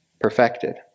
perfected